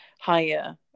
higher